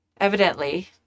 evidently